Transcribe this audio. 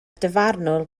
dyfarnwr